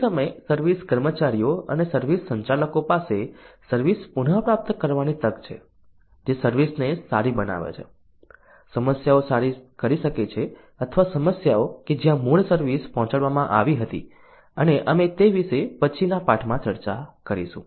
તે સમયે સર્વિસ કર્મચારીઓ અને સર્વિસ સંચાલકો પાસે સર્વિસ પુનપ્રાપ્ત કરવાની તક છે જે સર્વિસ ને સારી બનાવે છે સમસ્યાઓ સારી કરી શકે છે અથવા સમસ્યાઓ કે જ્યાં મૂળ સર્વિસ પહોંચાડવામાં આવી હતી અને અમે તે વિશે પછી ના પાઠ માં ચર્ચા કરીશું